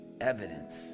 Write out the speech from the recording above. evidence